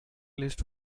list